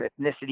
ethnicity